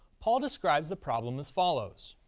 paul describes the problem as follows